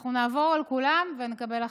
אנחנו נעבור על כולם ונקבל הכרעה.